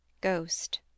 Ghost